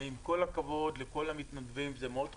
עם כל הכבוד לכל המתנדבים, זה מאוד חשוב,